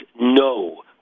no